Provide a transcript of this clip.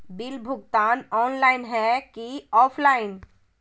Bill भुगतान online है की ऑफलाइन?